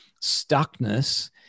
stuckness